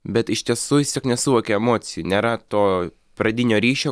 bet iš tiesų jis tiesiog nesuvokia emocijų nėra to pradinio ryšio